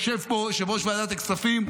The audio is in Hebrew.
יושב פה יושב-ראש ועדת הכספים,